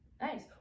Nice